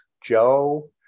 Joe